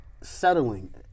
settling